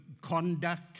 conduct